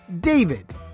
David